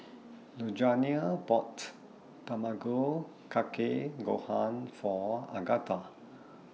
Lugenia bought Tamago Kake Gohan For Agatha